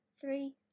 three